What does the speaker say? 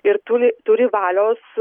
ir turi turi valios